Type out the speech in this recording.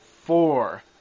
four